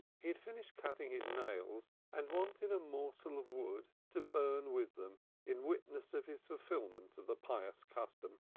he had finished cutting his nails, and wanted a morsel of wood to burn with them in witness of his fulfilment of the pious custom.